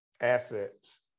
assets